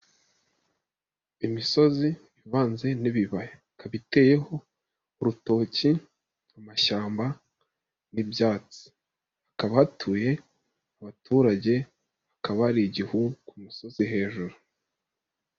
Imisozi ivanze n'ibibaya akaba, ibiteho, urutoki, amashyamba n'ibyatsi, hakaba hatuye abaturage, hakaba hari igihu ku musozi hejuru.